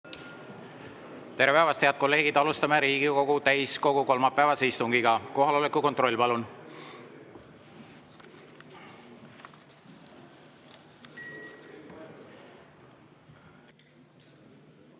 Tere päevast, head kolleegid! Alustame Riigikogu täiskogu kolmapäevast istungit. Kohaloleku kontroll, palun!